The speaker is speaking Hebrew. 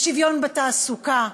בשוויון בתעסוקה,